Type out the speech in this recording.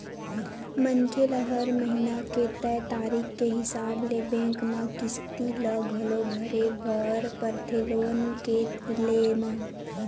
मनखे ल हर महिना के तय तारीख के हिसाब ले बेंक म किस्ती ल घलो भरे बर परथे लोन के लेय म